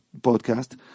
podcast